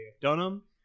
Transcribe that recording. Dunham